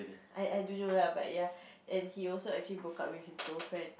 I I don't know lah but ya and he also actually broke up with his girlfriend